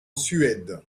suède